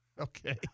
Okay